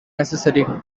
necessary